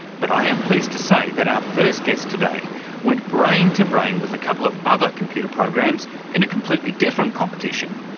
but i am pleased to say that our first guest today went brain-to-brain with a couple of other computer programs in a completely different competition,